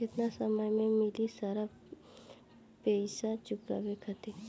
केतना समय मिली सारा पेईसा चुकाने खातिर?